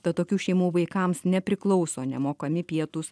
tad tokių šeimų vaikams nepriklauso nemokami pietūs